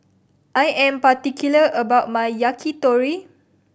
I am particular about my Yakitori